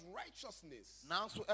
righteousness